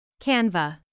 canva